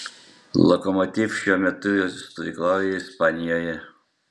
lokomotiv šiuo metu stovyklauja ispanijoje